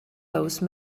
those